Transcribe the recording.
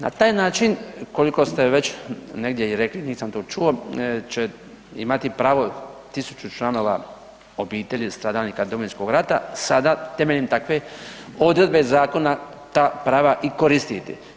Na taj način koliko ste već i negdje i rekli, nisam to čuo će imati pravo 1000 članova obitelji stradalnika Domovinskog rata sada temeljem takve odredbe zakona ta prava i koristiti.